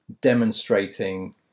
demonstrating